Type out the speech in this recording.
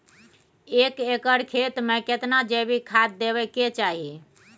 एक एकर खेत मे केतना जैविक खाद देबै के चाही?